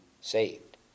saved